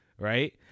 right